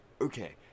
okay